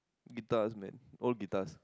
guitars man old guitars